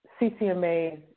CCMA's